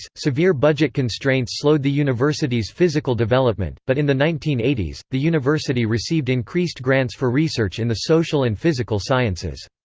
severe budget constraints slowed the university's physical development but in the nineteen eighty s, the university received increased grants for research research in the social and physical sciences.